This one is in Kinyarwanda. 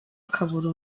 akabura